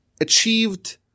achieved